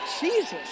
Jesus